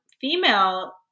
female